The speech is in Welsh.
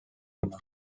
yno